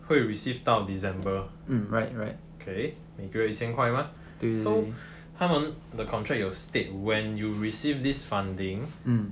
会 receive 到 december okay 每个月一千块 mah so 他们的 contract 有 state when you receive this funding